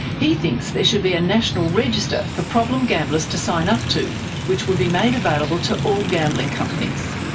he thinks there should be a national register for problem gamblers to sign up to which would be made available to all gambling companies.